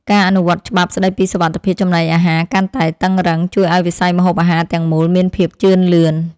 ការអនុវត្តច្បាប់ស្តីពីសុវត្ថិភាពចំណីអាហារកាន់តែតឹងរ៉ឹង ជួយឱ្យវិស័យម្ហូបអាហារទាំងមូលមានភាពជឿនលឿន។